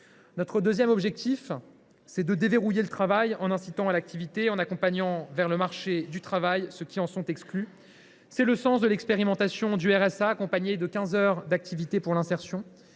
Notre deuxième objectif, c’est de déverrouiller le travail, en incitant à l’activité et en accompagnant vers le marché du travail ceux qui en sont exclus. C’est le sens de l’expérimentation du revenu de solidarité active (RSA) accompagné de quinze heures d’activité pour l’insertion.